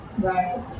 Right